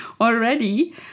already